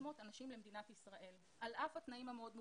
אנשים למדינת ישראל על אף התנאים המאוד מורכבים,